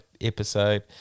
episode